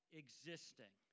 existing